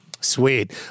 Sweet